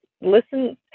listen